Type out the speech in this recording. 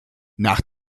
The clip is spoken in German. nach